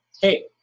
hey